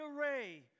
array